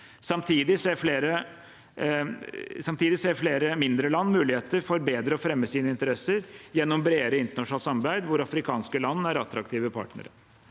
Samtidig ser flere mindre land muligheter for bedre å fremme sine interesser gjennom bredere internasjonalt samarbeid hvor afrikanske land er attraktive partnere.